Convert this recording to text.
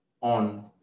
on